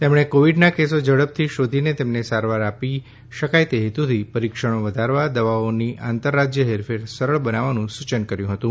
તેમણે કોવિડના કેસો ઝડપથી શોધીને તેમને સારવાર આપી શકાય તે હેતુથી પરીક્ષણો વધારવા દવાઓની આંતરરાજ્ય હેરફેર સરળ બનાવવાનું સૂચન કર્યું હતું